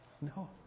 No